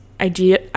idea